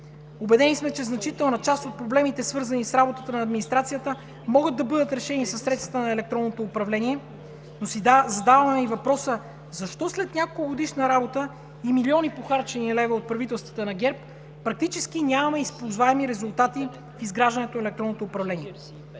Убедени сме, че значителна част от проблемите, свързани с работата на администрацията, могат да бъдат решени със средствата на електронното управление, но си задаваме и въпроса: защо след неколкогодишна работа и милиони похарчени левове от правителствата на ГЕРБ практически нямаме използваеми резултати в изграждането на електронното управление?